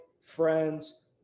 friends